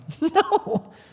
No